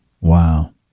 Wow